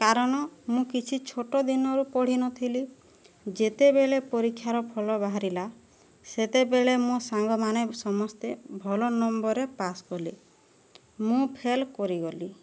କାରଣ ମୁଁ କିଛି ଛୋଟଦିନରୁ ପଢ଼ିନଥିଲି ଯେତେବେଳେ ପରୀକ୍ଷାର ଫଳ ବାହାରିଲା ସେତେବେଳେ ମୋ ସାଙ୍ଗମାନେ ସମସ୍ତେ ଭଲ ନମ୍ବରରେ ପାସ୍ କଲେ ମୁଁ ଫେଲ୍ କରିଗଲି